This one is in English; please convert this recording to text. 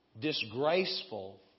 disgraceful